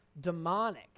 Demonic